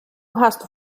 hast